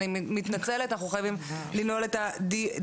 אני מתנצלת, אנחנו חייבים לנעול את הדיון.